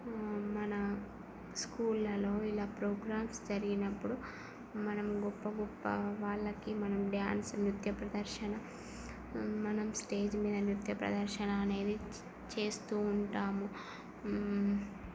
మన స్కూళ్లలో ఇలా ప్రోగ్రామ్స్ జరిగినప్పుడు మనం గొప్ప గొప్ప వాళ్లకి మనం డ్యాన్స్ నృత్య ప్రదర్శన మనం స్టేజ్ మీద నృత్య ప్రదర్శన అనేది చేస్తూ ఉంటాము